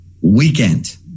weekend